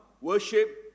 worship